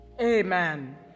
amen